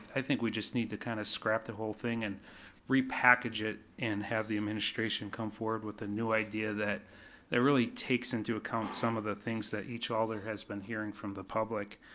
i think we just need to kind of scrap the whole thing and repackage it and have the administration come forward with a new idea that that really takes into account some of the things that each alder has been hearing from the public.